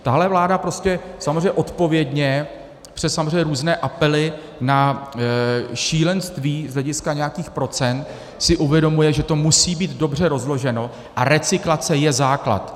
Tahle vláda prostě samozřejmě odpovědně přes různé apely na šílenství z hlediska nějakých procent si uvědomuje, že to musí být dobře rozloženo, a recyklace je základ.